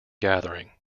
gathering